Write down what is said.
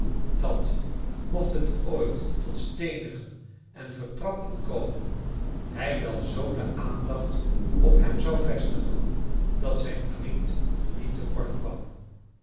dat mocht het ooit tot steenigen en vertrappen komen hij wel zoo de aandacht op hem zou vestigen dat zijn vriend niet te kort kwam